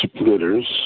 splitters